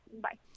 bye